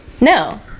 No